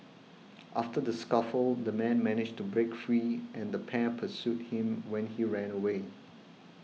after the scuffle the man managed to break free and the pair pursued him when he ran away